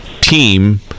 team